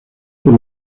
por